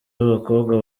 b’abakobwa